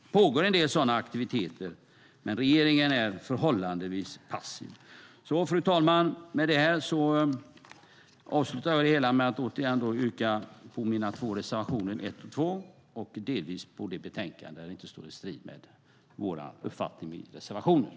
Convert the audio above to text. Det pågår en del sådana aktiviteter, men regeringen är förhållandevis passiv. Med detta, fru talman, avslutar jag det hela med att återigen yrka bifall till mina två reservationer, 1 och 2, och till utskottets förslag i de delar av betänkandet som inte står i strid med vår uppfattning i reservationerna.